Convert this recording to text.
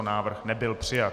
Návrh nebyl přijat.